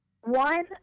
one